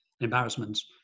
embarrassments